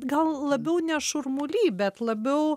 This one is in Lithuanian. gal labiau ne šurmuly bet labiau